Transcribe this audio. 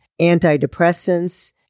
antidepressants